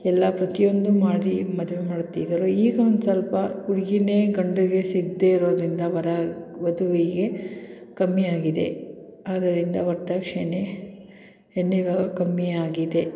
ಎಲ್ಲ ಪ್ರತಿಯೊಂದು ಮಾಡಿ ಮದುವೆ ಮಾಡ್ತಿದ್ದರು ಈಗ ಒಂದು ಸ್ವಲ್ಪ ಹುಡ್ಗಿಯೇ ಗಂಡಿಗೆ ಸಿಗ್ದೇ ಇರೋದರಿಂದ ವರ ವಧುವಿಗೆ ಕಮ್ಮಿಯಾಗಿದೆ ಆದ್ದರಿಂದ ವರದಕ್ಷಿಣೆ ಹೆಣ್ಣು ಇವಾಗ ಕಮ್ಮಿಯಾಗಿದೆ